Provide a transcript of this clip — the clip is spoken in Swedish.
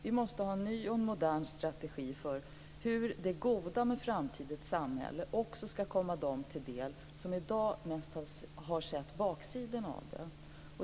Vi måste ha en ny och en modern strategi för hur det goda i framtidens samhälle också kommer de till del som i dag mest har sett baksidor.